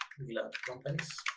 will add companies.